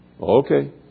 Okay